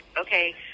Okay